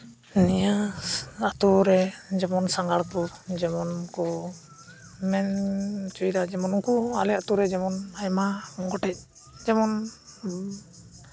ᱱᱤᱭᱟᱹ ᱟᱹᱛᱩᱨᱮ ᱡᱮᱢᱚᱱ ᱥᱟᱸᱜᱷᱟᱲ ᱠᱚ ᱡᱮᱢᱚᱱ ᱠᱚ ᱢᱮᱱ ᱦᱚᱪᱚᱭᱫᱟ ᱡᱮᱢᱚᱱ ᱩᱱᱠᱩ ᱟᱞᱮ ᱟᱹᱛᱩ ᱨᱮ ᱡᱮᱢᱚᱱ ᱟᱭᱢᱟ ᱜᱚᱴᱮᱡ ᱡᱮᱢᱚᱱ